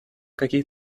какие